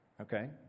okay